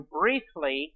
briefly